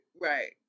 Right